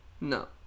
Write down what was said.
no